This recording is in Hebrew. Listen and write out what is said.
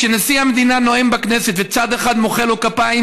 כשנשיא המדינה נואם בכנסת וצד אחד מוחא לו כפיים,